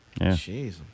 Jeez